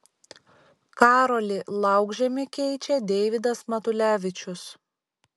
karolį laukžemį keičia deivydas matulevičius